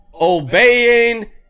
obeying